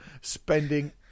spending